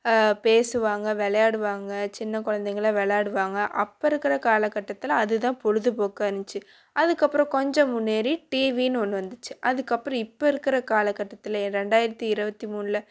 பேசுவாங்க விளையாடுவாங்க சின்ன குழந்தைங்க எல்லாம் விளாடுவாங்க அப்போ இருக்கிற காலக்கட்டத்தில் அதுதான் பொழுதுப்போக்கா இருந்துச்சு அதுக்கப்புறம் கொஞ்சம் முன்னேறி டிவின்னு ஒன்று வந்துச்சு அதுக்கப்பறம் இப்போ இருக்கிற காலக்கட்டத்தில் ரெண்டாயிரத்தி இருபத்தி மூணில்